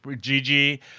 Gigi